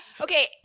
Okay